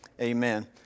amen